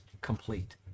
complete